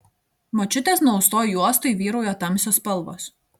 močiutės nuaustoj juostoj vyrauja tamsios spalvos